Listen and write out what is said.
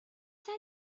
اصلا